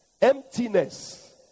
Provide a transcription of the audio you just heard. Emptiness